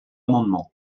amendement